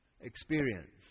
experience